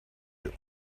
you